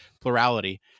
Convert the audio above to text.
plurality